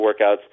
workouts –